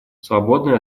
свободной